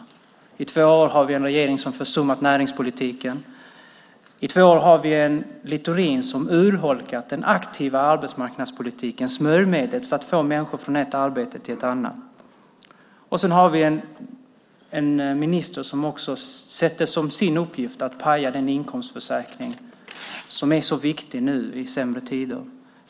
Under två år har vi haft en regering som försummat näringspolitiken. Under två år har vi haft en Littorin som urholkat den aktiva arbetsmarknadspolitikens smörjmedel för att få människor från ett arbete till ett annat. Vi har en minister som sätter som sin uppgift att paja den inkomstförsäkring som är så viktig nu i sämre tider.